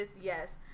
yes